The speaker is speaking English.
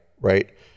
right